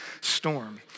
storm